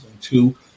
two